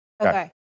Okay